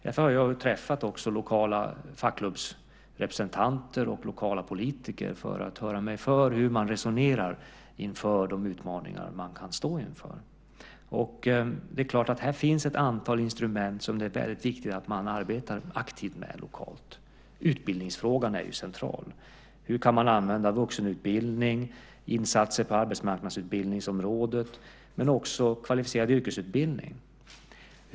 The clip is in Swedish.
Därför har jag också träffat lokala fackklubbsrepresentanter och lokala politiker för att höra mig för hur man resonerar inför de utmaningar man kan stå inför. Här finns ett antal instrument som det är väldigt viktigt att man arbetar aktivt med lokalt. Utbildningsfrågan är central. Hur kan man använda vuxenutbildning, insatser på arbetsmarknadsutbildningsområdet och kvalificerad yrkesutbildning?